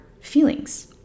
feelings